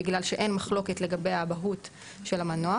בגלל שאין מחלוקת לגבי האבהות של המנוח.